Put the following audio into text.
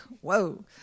whoa